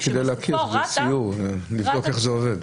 שבסופו